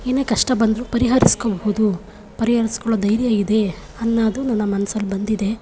ಏನೇ ಕಷ್ಟ ಬಂದ್ರೂ ಪರಿಹರಿಸ್ಕೊಬವ್ದು ಪರಿಹರಿಸ್ಕೊಳ್ಳೋ ಧೈರ್ಯ ಇದೆ ಅನ್ನೋದು ನನ್ನ ಮನಸ್ಸಲ್ಲಿ ಬಂದಿದೆ